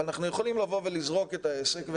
אנחנו יכולים לבוא ולזרוק את העסק,